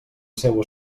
seua